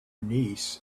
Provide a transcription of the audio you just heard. niece